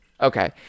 Okay